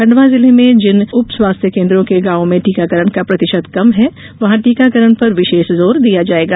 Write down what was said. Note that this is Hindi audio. खंडवा जिले में जिन उप स्वास्थ्य केन्द्रों के गांव में टीकाकरण का प्रतिशत कम है वहां टीकाकरण पर विशेष जोर दिया जाएगा